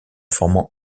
formant